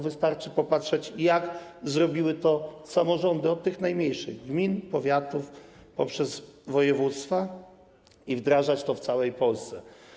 Wystarczy popatrzeć, jak zrobiły to samorządy - od tych najmniejszych: gmin, powiatów, poprzez województwa, i wdrażać to w całej Polsce.